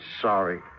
sorry